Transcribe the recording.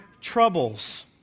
troubles